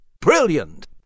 Brilliant